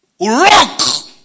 rock